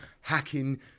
hacking